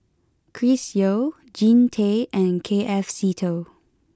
Chris Yeo Jean Tay and K F Seetoh